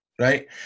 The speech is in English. Right